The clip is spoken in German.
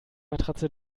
matratze